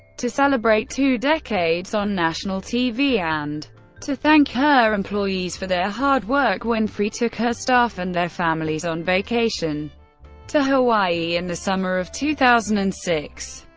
to celebrate two decades on national tv, and to thank her employees for their hard work, winfrey took her staff and their families on vacation to hawaii in the summer of two thousand and six.